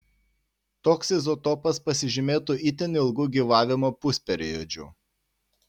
toks izotopas pasižymėtų itin ilgu gyvavimo pusperiodžiu